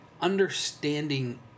understanding